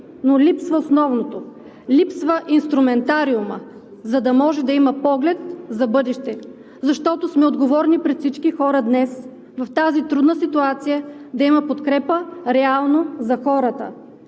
но липсва основното – липсва инструментариумът, за да може да има поглед за бъдеще, защото сме отговорни пред всички хора днес в тази трудна ситуация, да има реално подкрепа за хората,